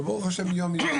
אבל ברוך השם יום יום.